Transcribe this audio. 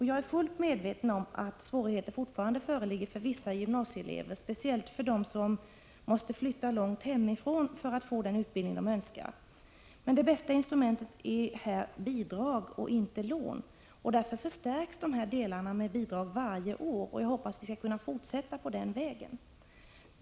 Jag är fullt medveten om att svårigheter fortfarande föreligger för vissa gymnasieelever, speciellt för dem som måste flytta långt hemifrån för att få den utbildning som de önskar. Det bästa instrumentet i detta sammanhang är bidrag, inte lån. Därför förstärks dessa delar med bidrag varje år. Jag hoppas att vi skall kunna fortsätta på den vägen.